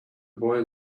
boy